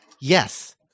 Yes